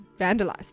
Vandalized